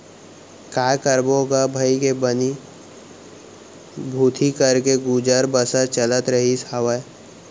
काय करबो गा भइगे बनी भूथी करके गुजर बसर चलत रहिस हावय